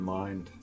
mind